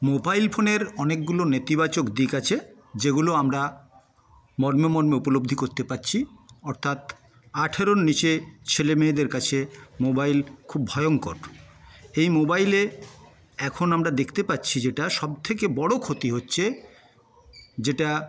mobile ফোনের অনেকগুলো নেতিবাচক দিক আছে যেগুলো আমরা মর্মে মর্মে উপলব্ধি করতে পারছি অর্থাৎ আঠেরোর নিচে ছেলেমেয়েদের কাছে মোবাইল খুব ভয়ঙ্কর এই মোবাইলে এখন আমরা দেখতে পাচ্ছি যেটা সবথেকে বড়ো ক্ষতি হচ্ছে যেটা